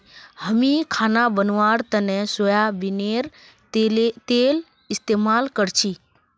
हामी खाना बनव्वार तने सोयाबीनेर तेल इस्तेमाल करछी